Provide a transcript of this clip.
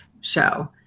show